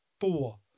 Four